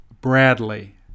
Bradley